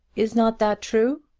is not that true?